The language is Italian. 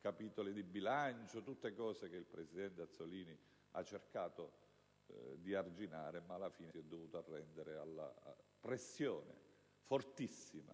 capitoli di bilancio, tutte cose che il Presidente Azzollini ha cercato di arginare, ma alla fine si è dovuto arrendere alla pressione fortissima